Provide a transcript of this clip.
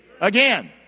Again